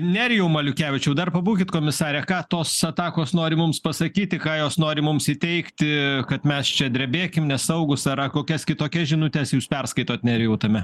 nerijau maliukevičiau dar pabūkit komisare ką tos atakos nori mums pasakyti ką jos nori mums įteigti kad mes čia drebėkim nesaugūs ar ar kokias kitokias žinutes jūs perskaitot nerijau tame